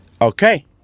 Okay